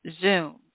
Zoom